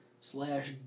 slash